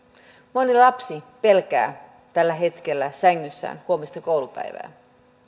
moni lapsi pelkää tällä hetkellä sängyssään huomista koulupäivää